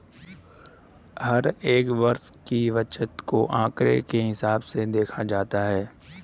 हर एक वर्ष की बचत को आंकडों के हिसाब से देखा जाता है